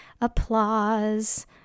applause